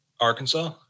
Arkansas